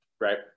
Right